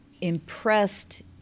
impressed